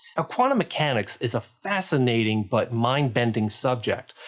ah quantum mechanics is a fascinating but mind-bending subject.